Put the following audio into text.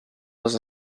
les